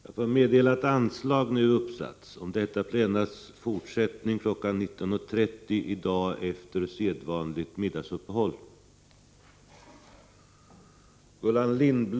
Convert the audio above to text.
Jag får meddela att anslag nu uppsatts om detta plenums fortsättning kl. 19.30 i dag efter sedvanligt middagsuppehåll.